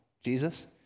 Jesus